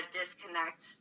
disconnect